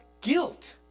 guilt